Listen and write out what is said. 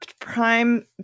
prime